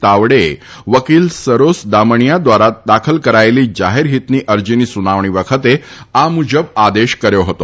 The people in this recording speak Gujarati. તાવડેએ વકીલ સરોસ દામણીયા દ્વારા દાખલ કરાયેલી જાહેર હિતની અરજીની સુનાવણી વખતે આ મુજબ આદેશ આપ્યો હતો